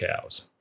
cows